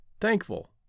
thankful